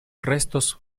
restos